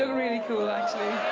really cool, actually.